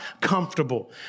comfortable